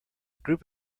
group